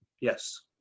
Yes